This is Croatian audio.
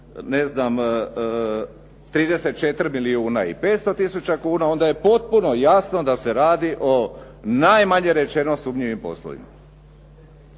ne znam 34 milijuna i 500 tisuća kuna. Onda je potpuno jasno da se radi o najmanje rečeno sumnjivim poslovima.